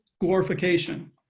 glorification